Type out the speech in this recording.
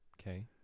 Okay